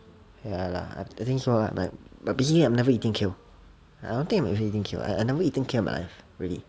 ya lah I think so but basically I've never eaten kale I don't think I'm ever eating kale I've never eaten kale in my life really